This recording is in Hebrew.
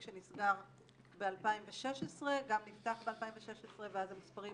שנסגר ב-2016 גם נפתח ב-2016 ואז המספרים